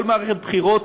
כל מערכת בחירות